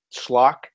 schlock